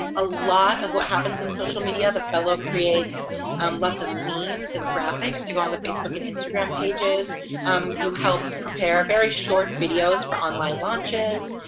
um a lot of what happens in social media the fellow creates um lots of memes and graphics to go on with facebook and instagram pages you help prepare very short videos for online launches